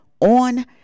on